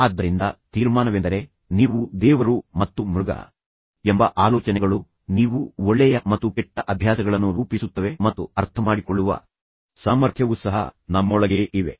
ಆದ್ದರಿಂದ ತೀರ್ಮಾನವೆಂದರೆ ನೀವು ದೇವರು ಮತ್ತು ಮೃಗ ಎಂಬ ಆಲೋಚನೆಗಳು ನೀವು ಒಳ್ಳೆಯ ಮತ್ತು ಕೆಟ್ಟ ಅಭ್ಯಾಸಗಳನ್ನು ರೂಪಿಸುತ್ತವೆ ಮತ್ತು ಅರ್ಥಮಾಡಿಕೊಳ್ಳುವ ಸಾಮರ್ಥ್ಯವು ಸಹ ನಮ್ಮೊಳಗೇ ಇವೆ